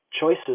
choices